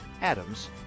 Adams